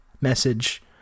message